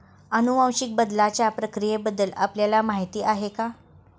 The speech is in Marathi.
अनुवांशिक बदलाच्या प्रक्रियेबद्दल आपल्याला माहिती आहे का?